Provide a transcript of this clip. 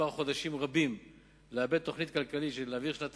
חודשים רבים לעבד תוכנית כלכלית בשביל להעביר שנת תקציב,